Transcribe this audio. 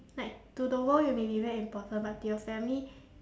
like to the world you may be very important but to your family